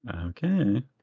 okay